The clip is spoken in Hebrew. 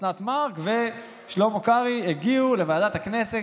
אוסנת מארק ושלמה קרעי הגיעו לוועדת הכנסת